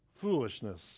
foolishness